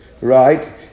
right